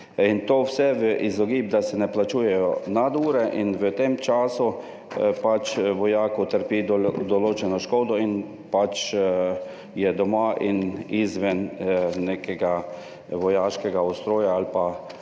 to vse v izogib, da se ne plačujejo nadure in v tem času pač vojaku utrpi določeno škodo in je doma in izven nekega vojaškega ustroja ali da